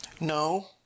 No